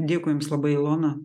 dėkui jums labai ilona